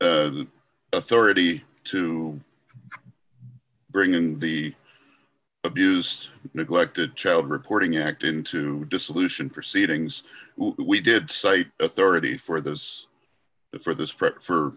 is the authority to bring in the abused neglected child reporting act into dissolution proceedings we did cite authority for those for this